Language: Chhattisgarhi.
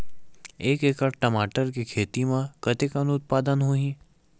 एक एकड़ टमाटर के खेती म कतेकन उत्पादन होही?